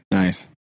Nice